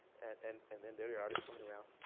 and and then there they are, they're swimming around.